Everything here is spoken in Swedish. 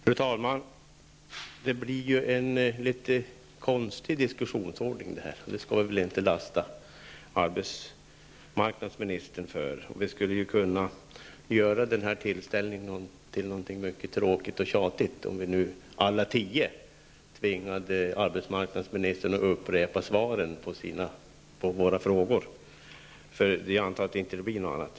Fru talman! Det blir en litet konstig diskussionsordning, men det skall vi väl inte lasta arbetsmarknadsministern för. Vi skulle kunna göra denna tillställning till någonting mycket tråkigt och tjatigt om vi nu alla tio tvingade arbetsmarknadsministern att upprepa svaren på våra frågor, eftersom jag antar att det inte skulle bli något annat.